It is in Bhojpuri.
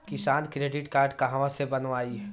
किसान क्रडिट कार्ड कहवा से बनवाई?